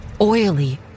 Oily